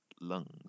lungs